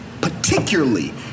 particularly